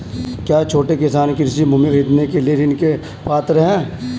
क्या छोटे किसान कृषि भूमि खरीदने के लिए ऋण के पात्र हैं?